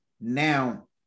Now